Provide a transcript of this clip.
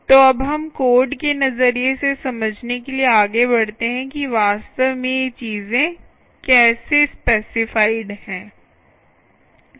तो अब हम कोड के नजरिए से समझने के लिए आगे बढ़ते हैं कि वास्तव में ये चीजें कैसे स्पेसिफाईड हैं